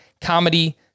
Comedy